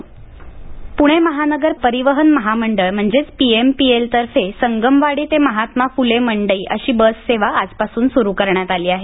प्णे महानगर परिवहन महामंडळ म्हणजेच पीएमपीएमएलतर्फे संगमवाडी ते महात्मा फ़ुले मंडई अशी बस सेवा आजपासून सुरू करण्यात आली आहे